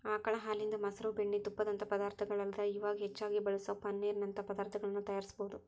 ಆಕಳ ಹಾಲಿನಿಂದ, ಮೊಸರು, ಬೆಣ್ಣಿ, ತುಪ್ಪದಂತ ಪದಾರ್ಥಗಳಲ್ಲದ ಇವಾಗ್ ಹೆಚ್ಚಾಗಿ ಬಳಸೋ ಪನ್ನೇರ್ ನಂತ ಪದಾರ್ತಗಳನ್ನ ತಯಾರಿಸಬೋದು